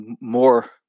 more